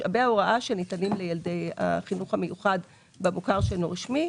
משאבי ההוראה שניתנים לילדי החינוך המיוחד במוכר שאינו רשמי,